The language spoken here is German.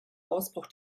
ausbruch